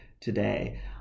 today